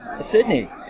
Sydney